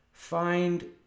find